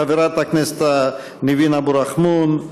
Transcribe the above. חברת הכנסת ניבין אבו רחמון,